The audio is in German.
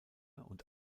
und